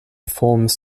forms